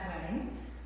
weddings